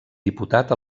diputat